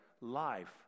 life